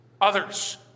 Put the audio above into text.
others